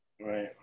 Right